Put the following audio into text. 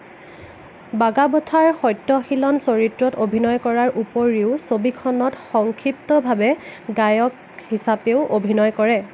বাগাবঠাৰ সত্যশীলন চৰিত্ৰত অভিনয় কৰাৰ উপৰিও ছবিখনত সংক্ষিপ্তভাৱে গায়ক হিচাপেও অভিনয় কৰে